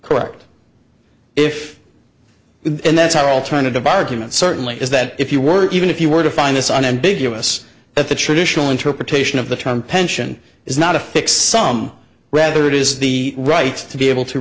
correct if then that's our alternative argument certainly is that if you were even if you were to find this unambiguous that the traditional interpretation of the term pension is not a fixed sum rather it is the right to be able to